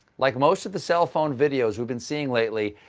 like most of the cell phone videos we've been seeing lately,